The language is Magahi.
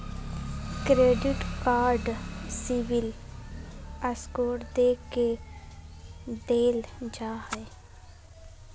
क्रेडिट कार्ड सिविल स्कोर देख के देल जा हइ